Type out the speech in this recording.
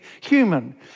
human